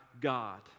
God